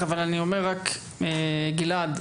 גלעד,